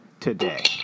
today